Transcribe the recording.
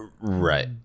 Right